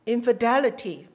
Infidelity 。